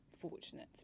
fortunate